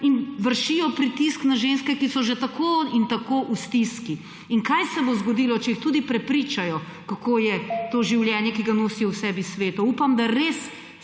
In vršijo pritisk na ženske, ki so že tako in tako v stiski. In kaj se bo zgodilo, če jih tudi prepričajo, kako je to življenje, ki ga nosijo v sebi, sveto. Upam, da res